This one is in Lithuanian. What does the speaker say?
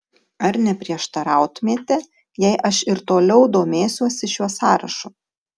ar neprieštarautumėte jei aš ir toliau domėsiuosi šiuo sąrašu